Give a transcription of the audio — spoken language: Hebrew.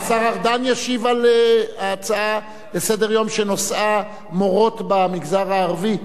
השר ארדן ישיב על ההצעה לסדר-יום שנושאה מורות במגזר הערבי?